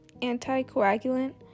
anticoagulant